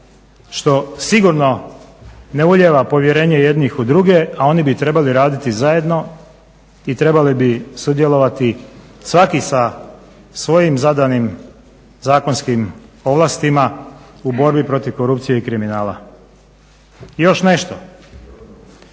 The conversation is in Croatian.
što sigurno ne ulijeva povjerenje jednih u druge, a oni bi trebali raditi zajedno i trebali bi sudjelovati svaki sa svojim zadanim zakonskim ovlastima u borbi protiv korupcije i kriminala. Još nešto.